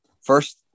first